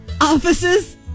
office's